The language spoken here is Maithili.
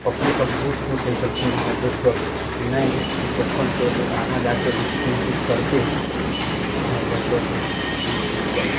पप्पो सभ बहुत खुश होइ छलखिन हमरा देखिकऽ कि नहि ई बचपनके लेल आगाँ जाके ई किछु करतै आगाँ जाके से ई किछु करतै